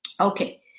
Okay